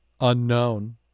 unknown